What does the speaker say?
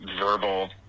verbal